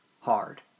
hard